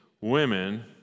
women